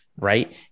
right